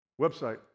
Website